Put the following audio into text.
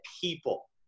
people